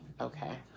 Okay